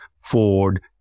Ford